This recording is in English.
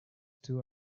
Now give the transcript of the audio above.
two